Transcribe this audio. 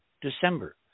December